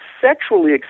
sexually